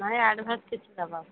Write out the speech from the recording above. ନାଇଁ ଆଡ଼ଭାନ୍ସ୍ କିଛି ଦେବାକୁ